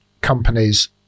companies